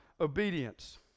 obedience